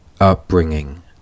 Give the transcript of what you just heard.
upbringing